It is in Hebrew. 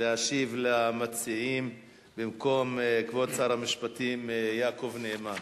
להשיב למציעים במקום כבוד שר המשפטים יעקב נאמן.